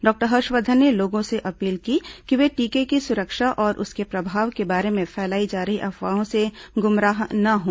doctor Harshvardhan ने लोगों से अपील की कि वे टीके की सुरक्षा और उसके प्रभाव के बारे में फैलाई जा रही अफवाहों से गुमराह ना हों